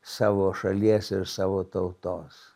savo šalies ir savo tautos